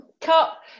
cup